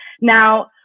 Now